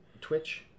Twitch